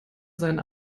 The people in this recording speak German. sein